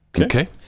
Okay